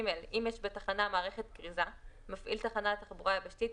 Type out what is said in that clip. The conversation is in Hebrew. בטח המוקדים הרפואיים,